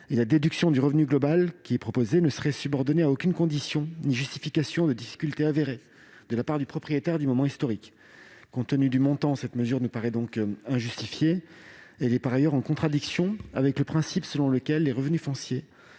La déduction du revenu global proposée au travers de cet amendement ne serait subordonnée à aucune condition ni justification de difficulté avérée de la part du propriétaire du monument historique. Compte tenu du montant, cette mesure me paraît donc injustifiée. Elle est par ailleurs en contradiction avec le principe selon lequel les revenus fonciers